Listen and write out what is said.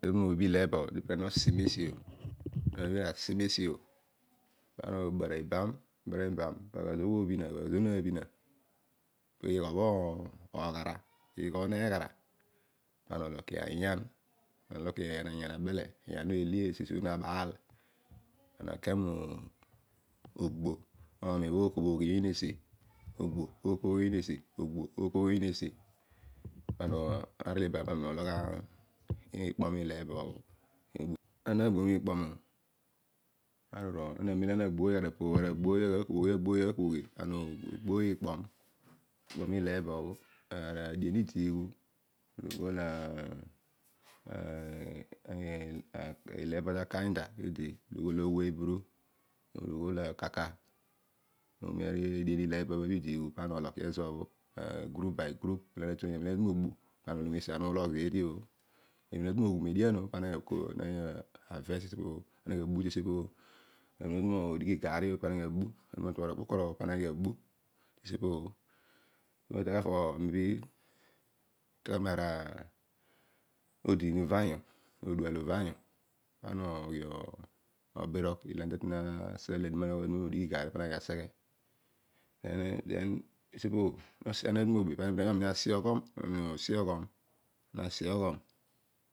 Notu mobebh ueebo pana osi mesio ana asi mesio pana obara ibam. na bana mibam pa aghazogh obho obhina piigho boho oghara. pana olokiy ayan na loki mayan obho abele ayan obho ele kesi kesi naabaal pana ke mogbo orusi obho ookobhoghi oyiin esi. naarol iban pana ologh iikpnom ileebo. Ana agbo miikpuom o, amem ana gboiy araapogh obho pana oghi oogboy iikpuom ileebobho. ara adien idi ghu ughol ah ileebo takainda idi. olo ughol oweiburu. olo ughol okaka. ooma ara adien ileebobho idiighu pana oloki ezobho ma group by group la ana ki mobu ana aloghom esiobho ana ulogh zeedi obho. Ana tu nroghum edian pana aghi abu tesiopobho. ana tu niodighi igarn o pana ghi abu. na tumo tobhom okpukoro o pana ghi abu. odiin uvanipi nodual ovanyu. pana oghi obirogh ilo ana ta tweni. natu mo dighi garri pana ghi aseghe ana tu nuo obebh pana aghi asioghom